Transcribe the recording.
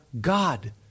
God